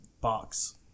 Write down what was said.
box